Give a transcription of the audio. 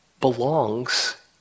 belongs